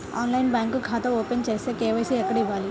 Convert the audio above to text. ఆన్లైన్లో బ్యాంకు ఖాతా ఓపెన్ చేస్తే, కే.వై.సి ఎక్కడ ఇవ్వాలి?